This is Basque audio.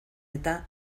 eta